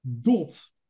DOT